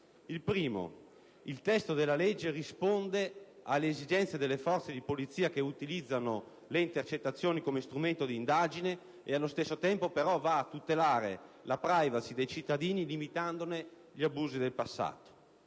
Primo: il testo della legge risponde alle esigenze delle forze di polizia che utilizzano le intercettazioni come strumento di indagine e allo stesso tempo però va a tutelare la *privacy* dei cittadini limitandone gli abusi del passato.